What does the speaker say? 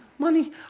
money